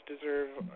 deserve